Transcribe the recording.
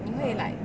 uh